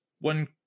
one